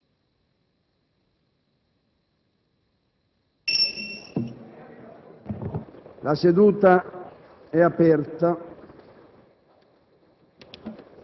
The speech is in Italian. La seduta è aperta